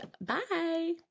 Bye